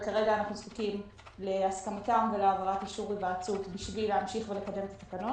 צריכים לדאוג להם, כי הם עושים עבודת קודש.